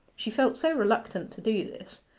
she felt so reluctant to do this,